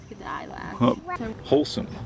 wholesome